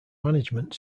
management